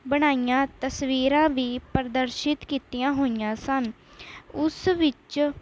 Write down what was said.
ਬਣਾਈਆਂ ਤਸਵੀਰਾਂ ਵੀ ਪ੍ਰਦਰਸ਼ਿਤ ਕੀਤੀਆਂ ਹੋਈਆਂ ਸਨ ਉਸ ਵਿੱਚ